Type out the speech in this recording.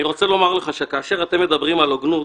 אני רוצה לומר לך שכאשר אתם מדברים על הוגנות,